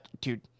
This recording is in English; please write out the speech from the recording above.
Dude